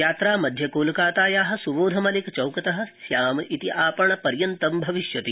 यात्रा मध्यकोलकाताया स्बोध मलिक चौकत श्याम इति आपण पर्यन्तं भविष्यति